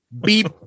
beep